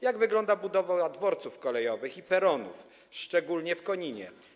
Jak wygląda budowa dworców kolejowych i peronów, szczególnie w Koninie?